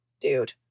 dude